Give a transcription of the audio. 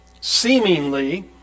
seemingly